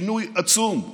שינוי עצום.